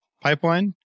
pipeline